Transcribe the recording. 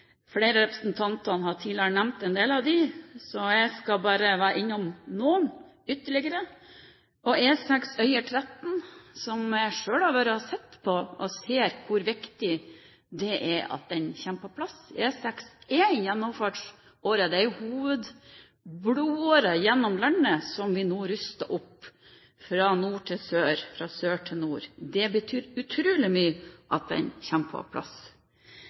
har tidligere nevnt en del av dem, så jeg skal bare innom noen ytterligere. E6 Øyer–Tretten har jeg selv vært og sett på, og jeg ser hvor viktig det er at den kommer på plass. E6 er en gjennomfartsåre. Det er hovedblodåren gjennom landet som vi nå ruster opp fra nord til sør, fra sør til nord. Det betyr utrolig mye at den kommer på plass.